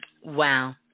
Wow